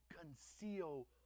conceal